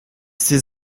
ces